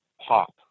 pop